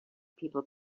people